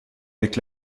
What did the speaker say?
avec